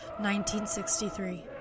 1963